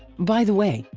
by the way,